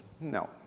No